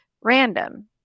random